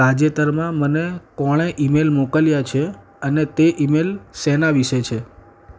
તાજેતરમાં મને કોણે ઇમેલ મોકલ્યા છે અને તે ઇમેલ શેના વિશે છે